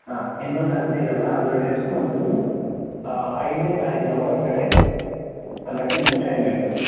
ಹಾಂ ಇನ್ನೊಂದು ಹದಿನೈದು ಅಲ್ಲ ಅದ್ರ ನೆಕ್ಸ್ಟ್ ಮಂತುದು ಐದನೆ ತಾರೀಖಿನ ಒಳಗಡೆ ತನಕ ನಿಮಗೆ ಟೈಮ್ ಇರ್ತದೆ